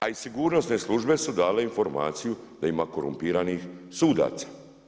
A i sigurnosne službe su dale informaciju da ima korumpiranih sudaca.